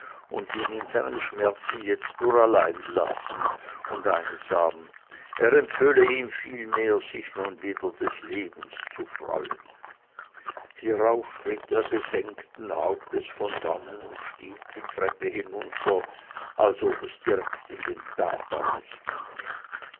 und ihn in seinem schmerze jetzt nur allein und einsam lassen er empföhle ihm vielmehr sich nun wieder des lebens zu freuen hierauf schritt er wieder gesenkten hauptes von dannen und stieg die treppe hinunter als ob es direkt in den tartarus ginge